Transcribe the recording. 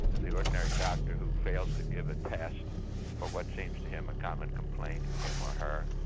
the ordinary doctor who fails to give a test for what seems to him a common complaint, him or her,